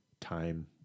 time